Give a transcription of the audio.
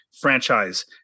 franchise